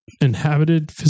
inhabited